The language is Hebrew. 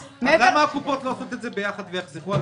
למה הקופות לא עושות את זה ביחד כדי לחסוך עלויות?